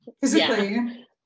physically